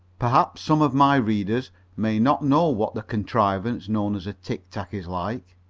perhaps some of my readers may not know what the contrivance known as a tic-tac is like.